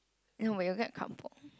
no it will get crumpled